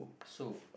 sue